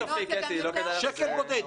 שקל בודד.